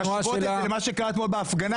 להשוות את זה למה שקרה אתמול בהפגנה,